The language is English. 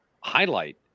highlight